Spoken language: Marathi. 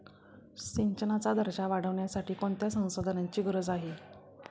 सिंचनाचा दर्जा वाढविण्यासाठी कोणत्या संसाधनांची गरज आहे?